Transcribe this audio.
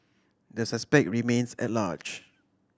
the suspect remains at large